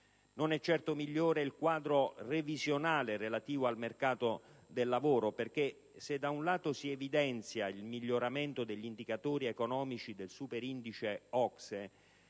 Non è certo migliore il quadro previsionale relativo al mercato del lavoro perché, se da un lato si evidenzia il miglioramento degli indicatori economici del superindice OCSE,